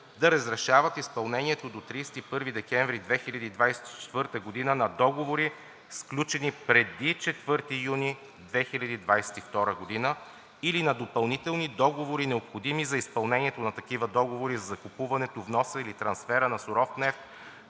да разрешават изпълнението до 31 декември 2024 г. на договори, сключени преди 4 юни 2022 г., или на допълнителни договори, необходими за изпълнението на такива договори за закупуването, вноса или трансфера на суров нефт,